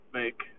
make